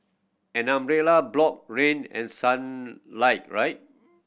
an umbrella block rain and sun light right